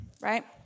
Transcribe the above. right